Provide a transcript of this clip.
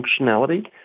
functionality